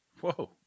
Whoa